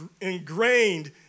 ingrained